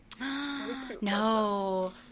no